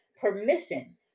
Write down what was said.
permission